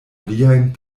liajn